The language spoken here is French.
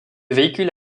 véhicule